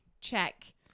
check